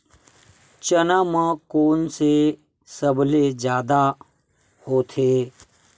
चना म कोन से सबले जादा होथे?